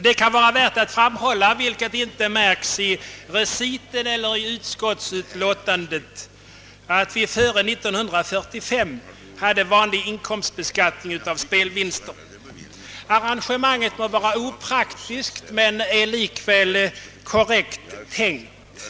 Det kan vara värt att framhålla, vilket inte märks i reciten eller i utskottsutlåtandet, att vi före år 1945 hade vanlig inkomstbeskattning av spelvinster. Arrangemanget må vara opraktiskt, men är likväl korrekt tänkt.